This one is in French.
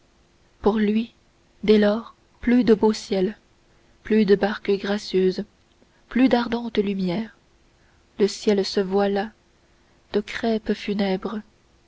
pour lui dès lors plus de beau ciel plus de barques gracieuses plus d'ardente lumière le ciel se voila de crêpes funèbres